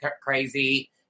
crazy